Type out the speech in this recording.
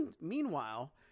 meanwhile